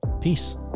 Peace